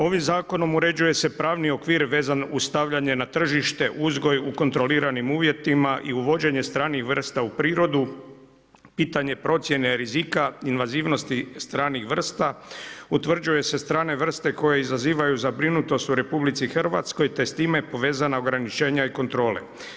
Ovim zakonom uređuje se pravni okvir vezan uz stavljanje na tržište uzgoj u kontroliranim uvjetima i uvođenje stranih vrsta u prirodu, pitanje procjene rizika invazivnosti stranih vrsta utvrđuju se strane vrste koje izazivaju zabrinutost u RH te s time povezana ograničenja i kontrole.